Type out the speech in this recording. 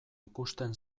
ikusten